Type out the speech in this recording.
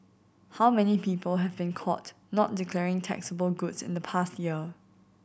how many people have been caught not declaring taxable goods in the past year